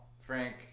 Frank